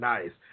Nice